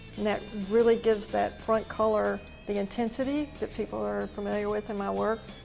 and that really gives that front color the intensity that people are familiar with in my work.